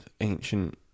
ancient